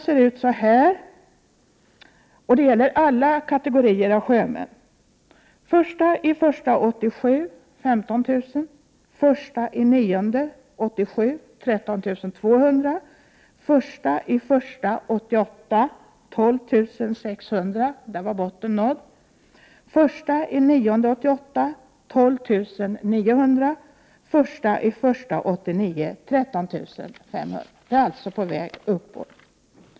Statistiken, som gäller alla kategorier av sjömän, ser ut så här: Antalet sjömän är alltså på väg uppåt.